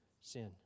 Sin